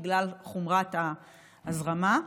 בגלל חומרת ההזרמה.